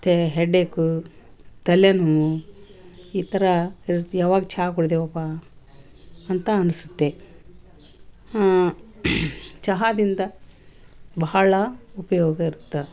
ತೆ ಹೆಡ್ಏಕು ತಲೆನೋವು ಈ ಥರ ಇರತ್ತೆ ಯವಾಗ ಚಾ ಕುಡ್ದೆವಪ್ಪ ಅಂತ ಅನ್ಸುತ್ತೆ ಹಾಂ ಚಹಾದಿಂದ ಬಹಳ ಉಪಯೋಗ ಇರ್ತ